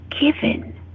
given